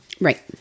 Right